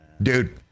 Dude